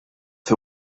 fer